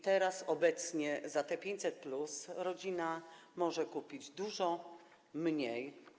Teraz obecnie za te 500+ rodzina może kupić dużo mniej.